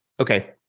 okay